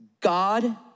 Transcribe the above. God